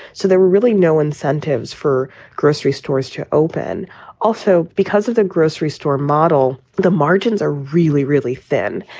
so there were really no incentives for grocery stores to open also because of the grocery store model. the margins are really, really thin.